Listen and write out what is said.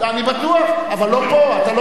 אני בטוח, אבל לא פה, אתה לא